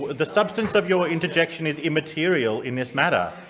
the substance of your interjection is immaterial in this matter.